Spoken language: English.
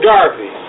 Garvey